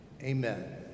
amen